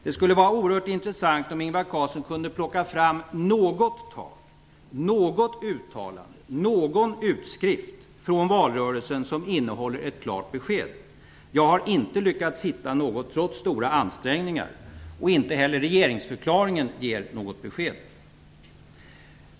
Det skulle vara oerhört intressant om Ingvar Carlsson kunde plocka fram något tal, något uttalande, någon utskrift från valrörelsen som innehåller ett klart besked. Jag har inte lyckats hitta något, trots stora ansträngningar. Regeringsförklaringen ger inte heller något besked.